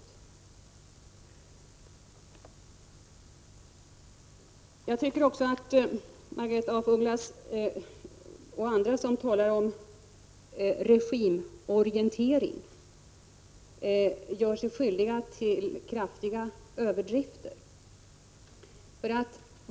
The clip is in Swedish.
Jag tycker också att Margaretha af Ugglas och andra som talar om regimorientering gör sig skyldiga till kraftiga överdrifter.